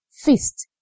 fist